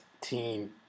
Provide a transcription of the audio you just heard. team